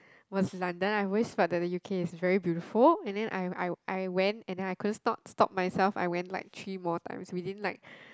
was London I've always felt that the U_K is very beautiful and then I I I went and then I couldn't stop stop myself I went like three more times within like